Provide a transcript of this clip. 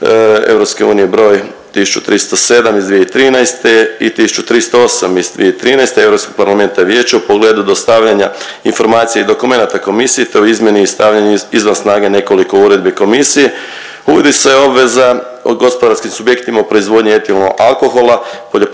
EU broj 1307 iz 2013. i 1308 iz 2013. Europskog parlamenta i Vijeća u pogledu dostavljanja informacije i dokumenata Komisije, te o izmjeni i stavljanju izvan snage nekoliko uredbi Komisije. Uvodi se obveza gospodarskim subjektima u proizvodnji etilnog alkohola poljoprivrednog